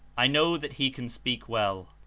i know that he can speak well.